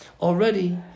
Already